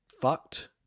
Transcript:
fucked